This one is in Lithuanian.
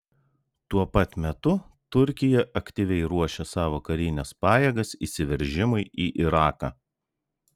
tuo pat metu turkija aktyviai ruošia savo karines pajėgas įsiveržimui į iraką